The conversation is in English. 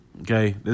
Okay